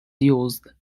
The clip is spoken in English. used